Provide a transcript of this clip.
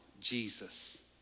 Jesus